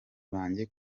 banjye